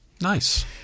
Nice